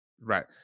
right